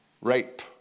rape